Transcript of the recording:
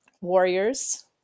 warriors